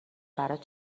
برات